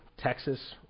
texas